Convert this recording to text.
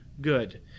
good